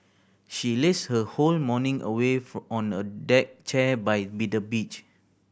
she lazed her whole morning away on a deck chair by be the beach